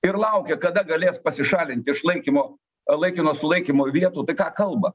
ir laukia kada galės pasišalint iš laikymo laikino sulaikymo vietų tai ką kalba